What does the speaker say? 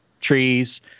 Trees